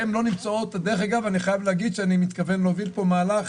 אני מתכוון להוביל פה מהלך